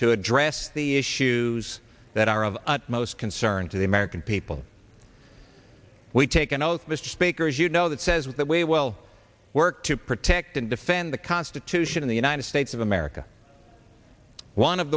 to address the issues that are of most concern to the american people we take an oath mr speaker as you know that says that we will work to protect and defend the constitution in the united states of america one of